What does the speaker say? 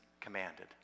commanded